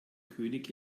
könig